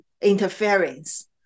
interference